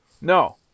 No